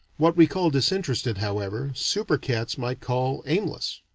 what we call disinterested, however, super-cats might call aimless.